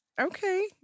Okay